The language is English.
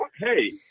hey